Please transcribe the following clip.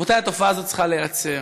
רבותיי, התופעה הזאת צריכה להיעצר.